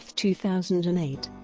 two thousand and eight,